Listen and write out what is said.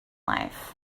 life